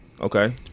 Okay